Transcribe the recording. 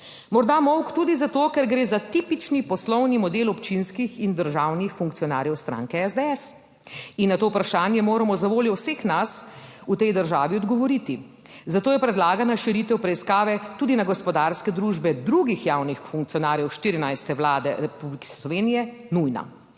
Morda molk tudi zato, ker gre za tipični poslovni model občinskih in državnih funkcionarjev stranke SDS. In na to vprašanje moramo zavoljo vseh nas v tej državi odgovoriti. Zato je predlagana širitev preiskave tudi na gospodarske družbe drugih javnih funkcionarjev 14. Vlade Republike Slovenije nujna.